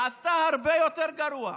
היא עשתה הרבה יותר גרוע,